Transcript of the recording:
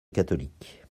catholiques